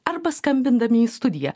arba skambindami į studiją